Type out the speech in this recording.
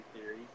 theory